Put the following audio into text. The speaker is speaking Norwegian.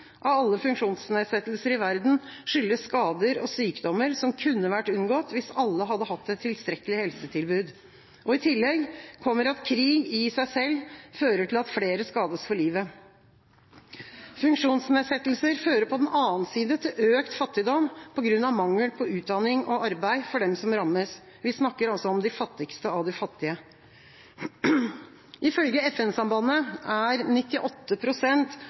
av alle funksjonsnedsettelser i verden skyldes skader og sykdommer som kunne vært unngått hvis alle hadde hatt et tilstrekkelig helsetilbud. I tillegg kommer at krig i seg selv fører til at flere skades for livet. Funksjonsnedsettelser fører på den annen side til økt fattigdom på grunn av mangel på utdanning og arbeid for dem som rammes. Vi snakker altså om de fattigste av de fattige. Ifølge FN-sambandet er